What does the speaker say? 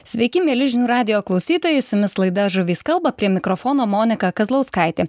sveiki mieli žinių radijo klausytojai su jumis laida žuvys kalba prie mikrofono monika kazlauskaitė